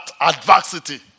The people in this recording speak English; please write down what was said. adversity